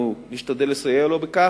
אנחנו נשתדל לסייע לו בכך,